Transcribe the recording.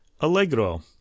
Allegro